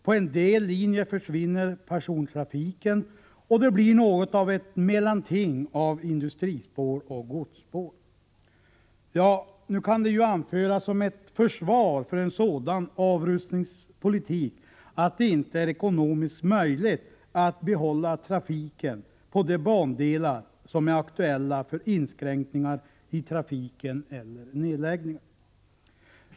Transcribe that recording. På en del linjer försvinner persontrafiken, och det blir något av ett mellanting mellan industrispår och godsspår. Nu kan det ju anföras som försvar för en sådan avrustningspolitik att det inte är ekonomiskt möjligt att behålla trafiken på de bandelar som är aktuella för inskränkningar i trafiken eller för nedläggningar.